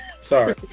Sorry